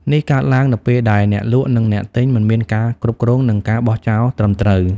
នេះកើតឡើងនៅពេលដែលអ្នកលក់ និងអ្នកទិញមិនមានការគ្រប់គ្រង និងការបោះចោលត្រឹមត្រូវ។